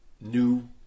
new